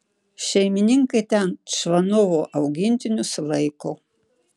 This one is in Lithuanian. šeimininkai ten čvanovo augintinius laiko